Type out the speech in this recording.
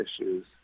issues